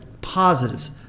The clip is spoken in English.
positives